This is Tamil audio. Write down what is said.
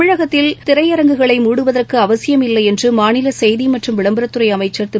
தமிழகத்தில் திரையரங்குகளை மூடுவதற்கு அவசியம் இல்லை என்று மாநில செய்தி மற்றும் விளம்பரத்துறை அமைச்சர் திரு